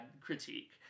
critique